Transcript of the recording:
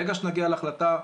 ברגע שנגיע להחלטה,